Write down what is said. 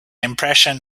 impression